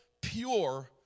pure